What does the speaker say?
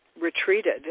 retreated